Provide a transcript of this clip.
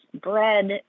bread